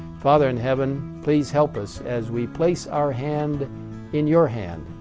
father in heaven, please help us as we place our hand in your hand.